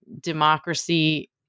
democracy